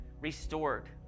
restored